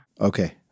Okay